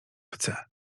chce